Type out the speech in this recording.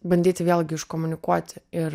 bandyti vėlgi iškomunikuoti ir